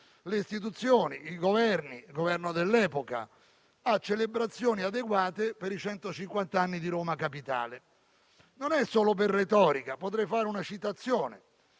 le istituzioni, i Governi, il Governo dell'epoca, a celebrazioni adeguate per i centocinquant'anni di Roma Capitale. Non è solo per retorica. Potrei fare una citazione: